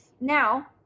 Now